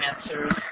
answers